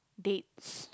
dates